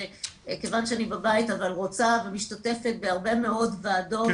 כיוון שאני בבית אבל רוצה ומשתתפת בהרבה מאוד ועדות,